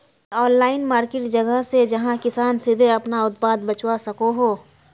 कोई online market जगह छे जहाँ किसान सीधे अपना उत्पाद बचवा सको हो?